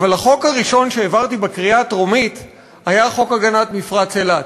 אבל החוק הראשון שהעברתי בקריאה טרומית היה חוק הגנת מפרץ אילת.